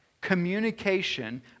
communication